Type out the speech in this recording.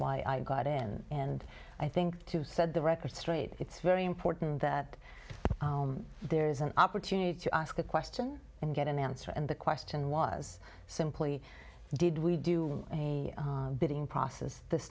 why i got in and i think to set the record straight it's very important that there is an opportunity to ask a question and get an answer and the question was simply did we do a bidding process this